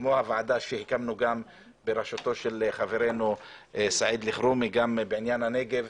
כמו הוועדה שהקמנו בראשות חברנו סעיד אלחרומי בעניין הנגב.